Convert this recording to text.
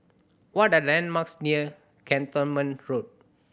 what are the landmarks near Cantonment Road